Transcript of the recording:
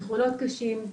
זיכרונות קשים,